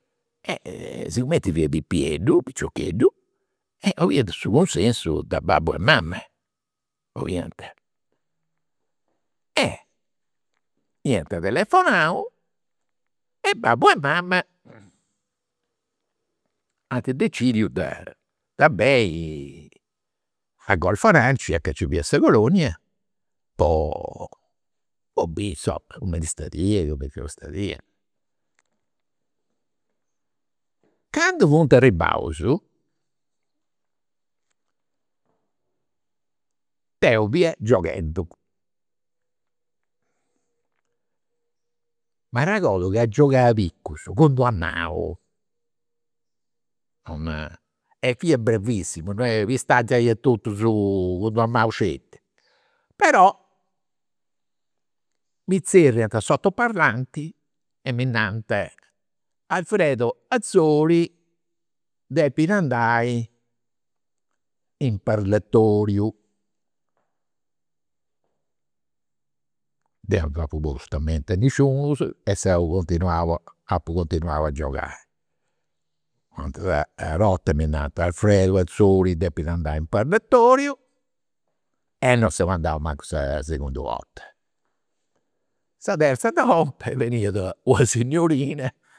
E sigumenti fiu pipieddu, piciocheddu, 'oliant su consensu de babbu e mama, oliant. Iant telefonau e babbu e mama ant decidiu de a Golfo Aranci a ca nci fiat sa colonia po po biri, insoma, cumenti stadia, cumenti non stadia. Candu funt arribaus deu fia gioghendu. M'arregodu ca giogau a bicus cun d'una manu, non, e fia bravissimu, non est, pistau giai a totus cun d'una manu. Però mi zerriant a s'autoparlanti e mi nant, Alfredo Atzori depit andai in parlatoriu. Deu non apu post a menti a nisciunus e seu continuau apu continuau a giogai. U' atera 'orta mi nant, Alfredo Atzori depit andai in parlatoriu e non seu andau mancu sa secunda 'orta. Sa terza 'orta est benida una signorina